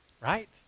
right